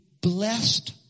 blessed